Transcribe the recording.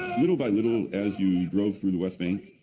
little by little, as you drove through the west bank,